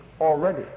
already